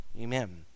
Amen